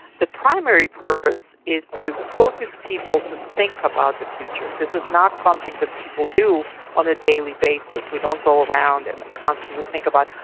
the primary purpose is to focus people to think about the future. this is not something that people do on a daily basis. we don't go around and constantly think about,